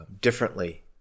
differently